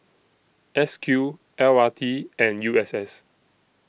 S Q L R T and U S S